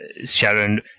Sharon